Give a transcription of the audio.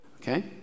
Okay